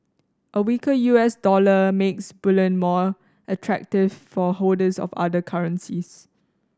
a weaker U S dollar makes bullion more attractive for holders of other currencies